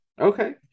okay